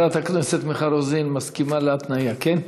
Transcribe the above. חברת הכנסת מיכל רוזין מסכימה להתניה, כן?